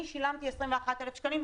אני שילמתי 21,000 שקלים.